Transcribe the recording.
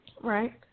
Right